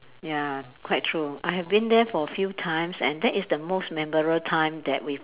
ya quite true I have been there for few times and that is the most memorable time that we